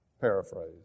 paraphrase